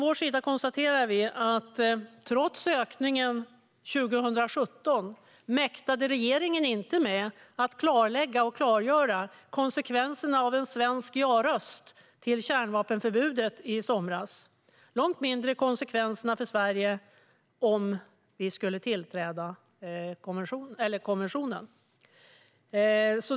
Vi konstaterar att trots ökningen 2017 mäktade regeringen inte med att klarlägga och klargöra konsekvenserna av en svensk ja-röst till kärnvapenförbudet i somras - långt mindre konsekvenserna för Sverige om vi skulle tillträda konventionen.